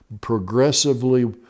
progressively